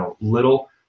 little